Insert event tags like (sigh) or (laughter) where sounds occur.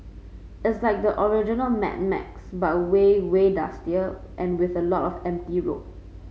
it's like the original Mad Max but way way dustier and with (unintelligible) lots of empty roads